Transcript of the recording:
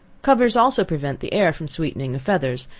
covers also prevent the air from sweetening the feathers,